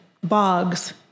bogs